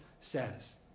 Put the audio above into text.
says